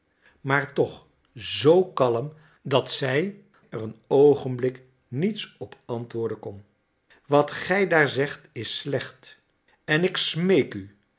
maar toch zoo kalm dat zij er een oogenblik niets op antwoorden kon wat gij daar zegt is slecht en ik smeek u